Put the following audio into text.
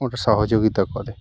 আমাকে সহযোগিতা করে